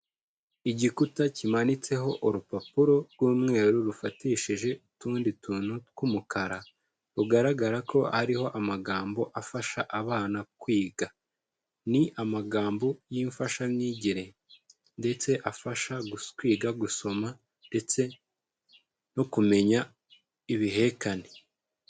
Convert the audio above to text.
Igikuta kimanitseho urupapuro rw'umweru rufatishije utundi tuntu tw'umukara, rugaragara ko ariho amagambo afasha abana kwiga. Ni amagambo y'imfashanyigire ndetse afasha kwiga gusoma ndetse no kumenya ibihekane.